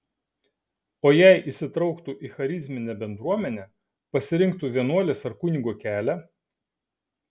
o jei įsitrauktų į charizminę bendruomenę pasirinktų vienuolės ar kunigo kelią